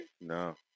No